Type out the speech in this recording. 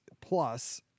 plus